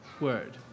word